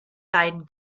beiden